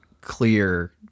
clear